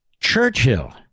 Churchill